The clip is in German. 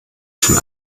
schon